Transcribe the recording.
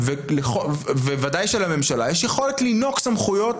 וודאי שלממשלה יש יכולת לינוק סמכויות